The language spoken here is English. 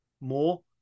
more